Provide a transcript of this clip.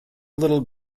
little